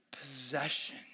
possession